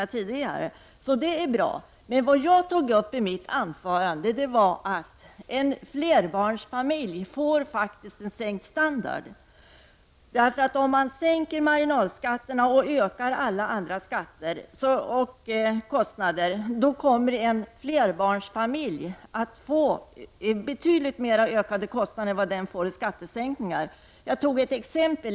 På denna punkt är det alltså bra, men i mitt anförande tog jag upp det förhållandet att en flerbarnsfamilj faktiskt får en sänkning av standarden. Om man sänker marginalskatterna och ökar alla andra skattekostnader, kommer en flerbarnsfamilj att få en betydligt större kostnadsökning än vad som motsvarar skattesänkningarna.